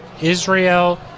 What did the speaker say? Israel